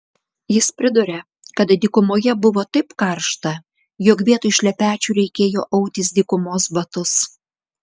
jis priduria kad dykumoje buvo taip karšta jog vietoj šlepečių reikėjo autis dykumos batus